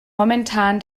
momentan